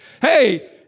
hey